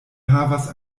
havas